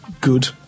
good